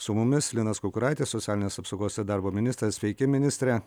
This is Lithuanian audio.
su mumis linas kukuraitis socialinės apsaugos ir darbo ministras sveiki ministre